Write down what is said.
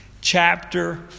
chapter